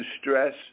stress